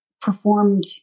performed